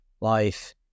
life